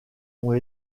ont